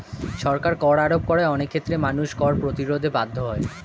সরকার কর আরোপ করায় অনেক ক্ষেত্রে মানুষ কর প্রতিরোধে বাধ্য হয়